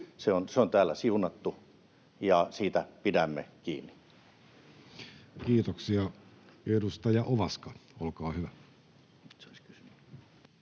ajan siunattu, ja siitä pidämme kiinni. Kiitoksia. — Edustaja Ovaska, olkaa hyvä.